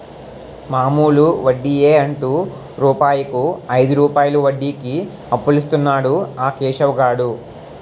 మామూలు వడ్డియే అంటు రూపాయికు ఐదు రూపాయలు వడ్డీకి అప్పులిస్తన్నాడు ఆ కేశవ్ గాడు